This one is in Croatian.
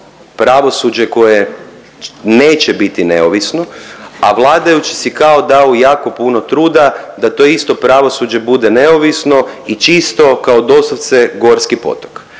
pravosuđe koje neće biti neovisno, a vladajući si kao daju jako puno truda da to isto pravosuđe bude neovisno i čisto kao doslovce gorski potok.